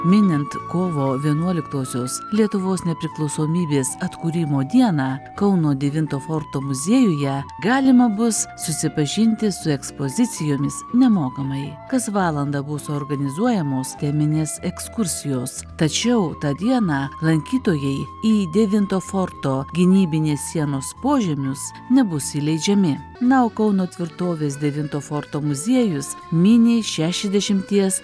minint kovo vienuoliktosios lietuvos nepriklausomybės atkūrimo dieną kauno devinto forto muziejuje galima bus susipažinti su ekspozicijomis nemokamai kas valandą bus organizuojamos teminės ekskursijos tačiau tą dieną lankytojai į devinto forto gynybinės sienos požemius nebus įleidžiami na o kauno tvirtovės devinto forto muziejus mini šešiasdešimties